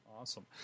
awesome